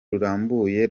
rurambuye